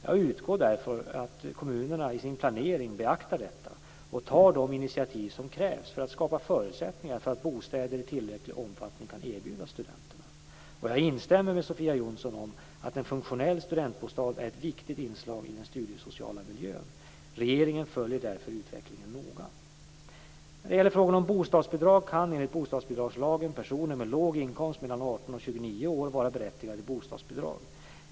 Jag utgår därför från att kommunerna i sin planering beaktar detta och tar de initiativ som krävs för att skapa förutsättningar för att bostäder i tillräcklig omfattning kan erbjudas studenterna. Och jag instämmer med Sofia Jonsson om att en funktionell studentbostad är ett viktigt inslag i den studiesociala miljön. Regeringen följer därför utvecklingen noga. När det gäller frågan om bostadsbidrag kan enligt bostadsbidragslagen personer med låg inkomst mellan 18 och 29 år vara berättigade till bostadsbidrag.